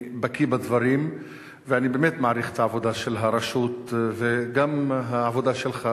בקי בדברים ואני באמת מעריך את העבודה של הרשות וגם את העבודה שלך,